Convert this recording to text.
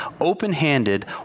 open-handed